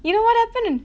you know what happen